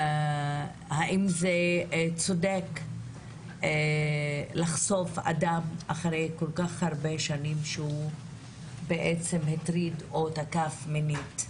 האם זה צודק לחשוף אדם לאחר כל כך הרבה שנים שהוא הטריד או תקף מינית.